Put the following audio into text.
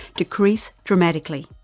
decrease dramatically.